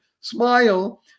smile